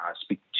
speak